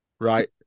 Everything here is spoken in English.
right